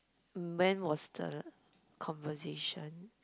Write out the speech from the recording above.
when was the conversation